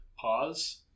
Pause